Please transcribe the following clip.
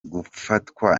gufatwa